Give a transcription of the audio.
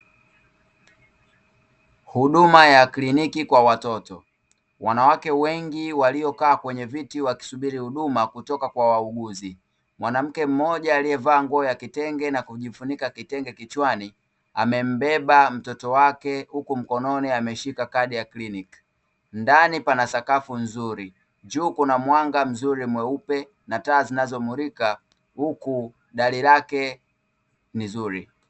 Huduma ya kliniki kwa watoto. Wanawake wengi waliokaa kwenye viti wakisubiri huduma kutoka kwa wauguzi. Mwanamke mmoja aliyevaa nguo ya kitenge na kujifunika kitenge kichwani, amembeba mtoto wake huku mkononi ameshika kadi ya kliniki. Ndani pana sakafu nzuri, juu kuna mwanga mzuri mweupe na taa zinazomulika; huku dari lake ni zuri.